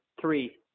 three